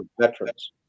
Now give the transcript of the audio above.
veterans